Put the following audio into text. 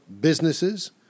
businesses